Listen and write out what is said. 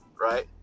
right